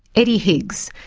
eddy higgs,